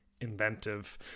inventive